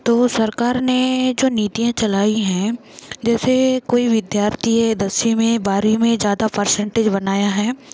तो सरकार ने जो नीतियाँ चलाई हैं जैसे कोई विद्यार्थी है दसवीं में बारवीं में ज़्यादा पर्सेंटेज बनाया है